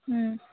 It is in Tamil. ம்